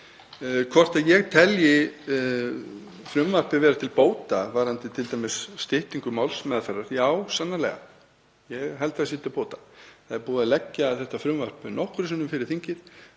Hvort ég telji frumvarpið vera til bóta varðandi t.d. styttingu málsmeðferðar, já, sannarlega, ég held að það sé til bóta. Það er búið að leggja þetta frumvarp nokkrum sinnum fyrir þingið